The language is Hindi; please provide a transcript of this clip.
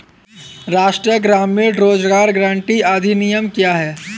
राष्ट्रीय ग्रामीण रोज़गार गारंटी अधिनियम क्या है?